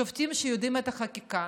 שופטים שיודעים את החקיקה,